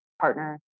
partner